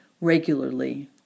regularly